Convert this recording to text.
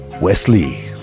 Wesley